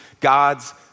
God's